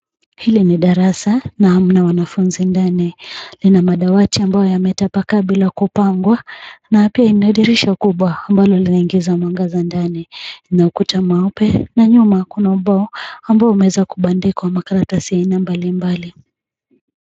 Hili ni darasa na hamna wanafunzi ndani. Lina madawati ambayo yametapakaa bila kupangwa na pia ina dirisha kubwa ambalo linaingiza mwangaza ndani. Ina ukuta mweupe na nyuma kuna ubao ambao umebandikwa makaratasi aina mbalimbali.